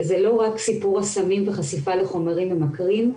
זה לא רק סיפור הסמים וחשיפה לחומרים ממכרים.